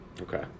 Okay